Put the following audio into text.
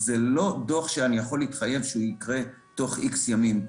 זה לא דוח שאני יכול להתחייב שהוא יקרה תוך X ימים.